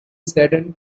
saddened